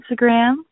Instagram